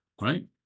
right